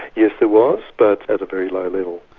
yes there was but at a very low level.